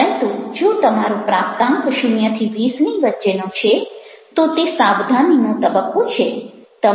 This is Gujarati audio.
પરંતુ જો તમારો પ્રાપ્તાંક 0 20 ની વચ્ચેનો છે તો તે સાવધાની નો તબક્કો છે